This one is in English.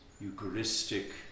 Eucharistic